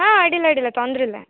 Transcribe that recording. ಹಾಂ ಅಡ್ಡಿಲ್ಲ ಅಡ್ಡಿಲ್ಲ ತೊಂದ್ರೆ ಇಲ್ಲ